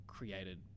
Created